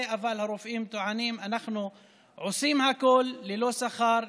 אבל הרופאים טוענים: אנחנו עושים הכול ללא שכר,